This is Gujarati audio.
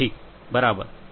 ઠીક બરાબર